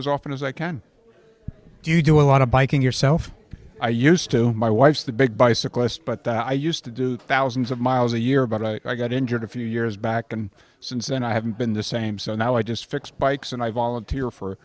as often as i can do you do a lot of biking yourself i used to my wife's the big bicyclist but i used to do thousands of miles a year but i got injured a few years back and since then i haven't been the same so now i just fix bikes and i volunteer for